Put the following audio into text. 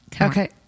Okay